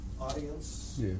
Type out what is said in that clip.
audience